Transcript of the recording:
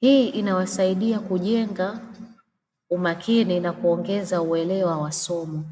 hii inawasaidia kujenga umakini na kuongeza uelewa wa somo.